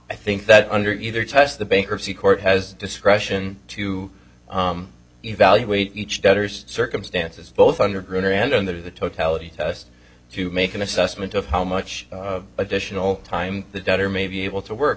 i think that under either test the bankruptcy court has discretion to evaluate each debtor's circumstances both under gruner and under the totality to make an assessment of how much additional time the debtor may be able to work